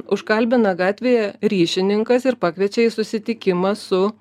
užkalbina gatvėje ryšininkas ir pakviečia į susitikimą su